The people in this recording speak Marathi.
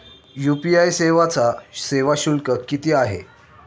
यू.पी.आय सेवेचा सेवा शुल्क किती आहे?